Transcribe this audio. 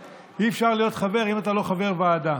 אי-אפשר להיות חבר אם אתה לא חבר ועדה.